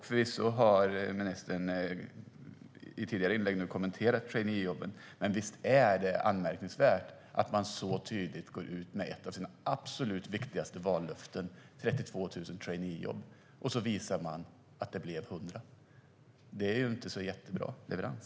Förvisso har ministern i tidigare inlägg kommenterat traineejobben, men visst är det anmärkningsvärt att man så tydligt går ut med ett av sina absolut viktigaste vallöften - 32 000 traineejobb - och sedan visar det sig att det blev 100. Det är inte en så jättebra leverans.